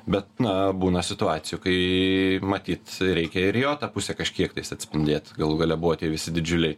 bet na būna situacijų kai matyt reikia ir jo tą pusę kažkiek tais atspindėt galų gale buvo tie visi didžiuliai